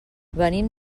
venim